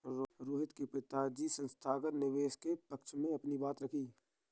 रोहित के पिताजी संस्थागत निवेशक के पक्ष में अपनी बात रखी